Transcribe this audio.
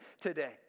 today